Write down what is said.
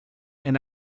and